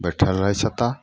बैठल रहय छै ओतय